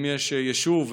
אם יש יישוב,